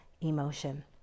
emotion